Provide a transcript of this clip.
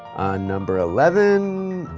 on number eleven,